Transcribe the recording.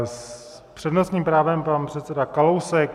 S přednostním právem pan předseda Kalousek.